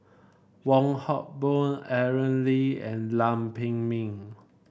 Wong Hock Boon Aaron Lee and Lam Pin Min